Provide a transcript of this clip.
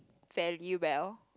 fairly well